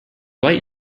light